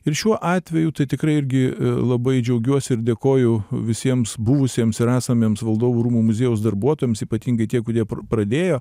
ir šiuo atveju tai tikrai irgi labai džiaugiuosi ir dėkoju visiems buvusiems ir esamiems valdovų rūmų muziejaus darbuotojams ypatingai tie kurie pradėjo